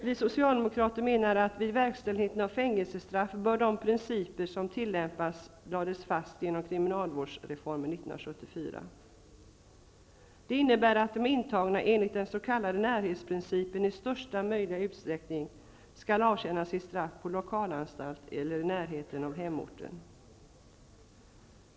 Vi socialdemokrater menar att vid verkställigheten av fängelsestraff bör de principer tillämpas som lades fast genom kriminalvårdsreformen 1974. Det innebär att de intagna enligt den s.k. närhetsprincipen i största möjliga utsträckning skall avtjäna sitt straff på lokalanstalt eller i närheten av hemorten.